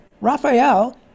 Raphael